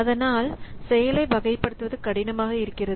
அதனால் செயலை வகைப்படுத்துவது கடினமாக இருக்கிறது